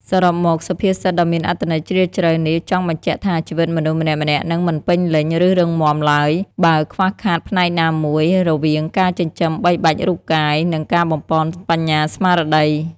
សរុបមក សុភាសិតដ៏មានអត្ថន័យជ្រាលជ្រៅនេះចង់បញ្ជាក់ថា ជីវិតមនុស្សម្នាក់ៗនឹងមិនពេញលេញ ឬរឹងមាំឡើយ បើខ្វះខាតផ្នែកណាមួយ រវាងការចិញ្ចឹមបីបាច់រូបកាយ និងការបំប៉នបញ្ញាស្មារតី។